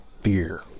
fear